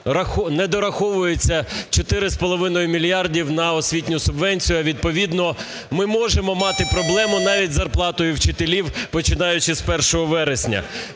не дораховується 4,5 мільярда на освітню субвенцію, а відповідно ми можемо мати проблему навіть з зарплатою вчителів, починаючи з 1 вересня.